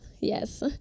yes